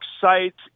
sites